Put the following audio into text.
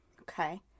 Okay